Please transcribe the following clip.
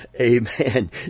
amen